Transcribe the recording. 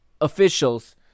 officials